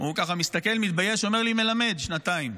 הוא ככה מסתכל, מתבייש, ואומר לי: מלמד שנתיים.